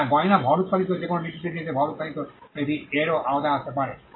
হ্যাঁ গয়না ভর উত্পাদিত যে কোনও নির্দিষ্ট জিনিসে ভর উত্পাদিত এটি এর আওতায় আসতে পারে